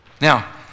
Now